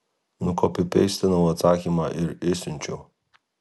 nukopipeistinau atsakymą ir išsiunčiau